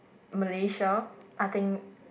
Malaysia I think